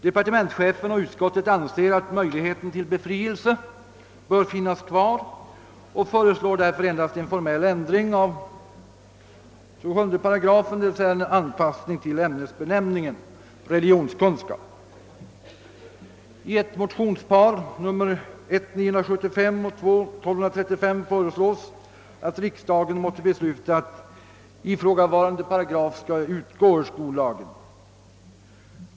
Departementschefen och utskottet anser att möjligheten till befrielse bör finnas kvar och föreslår därför endast en formell ändring av 27 8, d.v.s. en anpassning till ämnesbenämningen religionskunskap. I ett motionspar, I: 975 och II: 1235, yrkas att riksdagen måtte besluta att ifrågavarande paragraf skall utgå ur skollagen.